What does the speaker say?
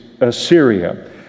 Assyria